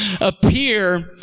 appear